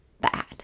bad